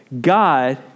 God